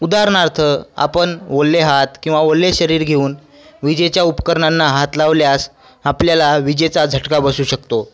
उदारणार्थ आपण ओले हात किंवा ओले शरीर घेऊन विजेच्या उपकरणांना हात लावल्यास आपल्याला विजेचा झटका बसू शकतो